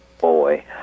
Boy